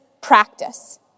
practice